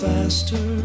Faster